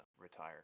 retire